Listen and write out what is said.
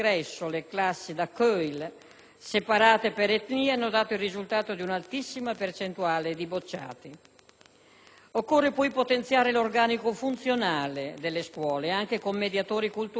separate per etnia hanno dato il risultato di un'altissima percentuale di bocciati. Occorre poi potenziare l'organico funzionale delle scuole, anche con mediatori culturali formati adeguatamente.